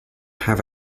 have